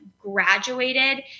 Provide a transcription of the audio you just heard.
graduated